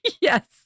yes